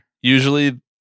Usually